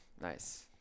Nice